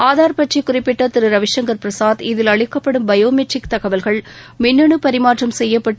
ஆதார் பற்றி குறிப்பிட்ட திரு ரவிசங்கர் பிரசாத் இதில் அளிக்கப்படும் பயோ மெட்ரிக் தகவல்கள் மின்னனு பரிமாற்றம் செய்யப்பட்டு